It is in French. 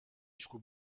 jusqu’au